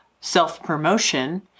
self-promotion